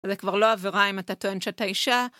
זה כבר לא עבירה אם אתה טוען שאתה אישה.